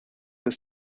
was